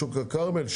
בשוק הכרמל,